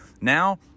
Now